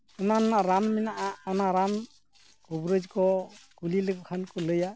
ᱚᱱᱟ ᱨᱮᱱᱟᱜ ᱨᱟᱱ ᱢᱮᱱᱟᱜᱼᱟ ᱚᱱᱟ ᱨᱟᱱ ᱠᱩᱵᱨᱟᱹᱡ ᱠᱚ ᱠᱩᱞᱤ ᱞᱮᱠᱚ ᱠᱷᱟᱱ ᱜᱮᱠᱚ ᱞᱟᱹᱭᱟ